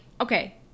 okay